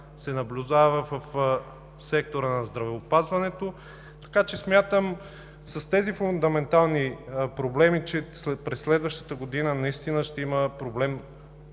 се наблюдава в сектора на здравеопазването. Смятам, че с тези фундаментални проблеми през следващата година наистина ще има проблем